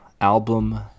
album